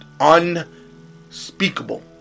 unspeakable